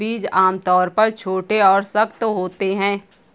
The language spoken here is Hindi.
बीज आमतौर पर छोटे और सख्त होते हैं